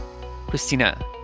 christina